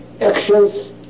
actions